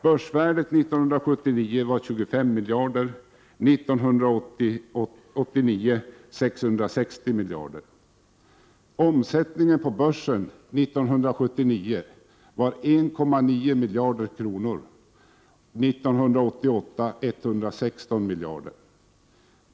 Börsvärdet var 25 miljarder år 1979 och 660 miljarder år 1989. År 1979 var omsättningen på börsen 1,9 miljarder och år 1988 var den 116 miljarder.